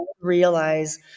realize